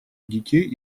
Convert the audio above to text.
детей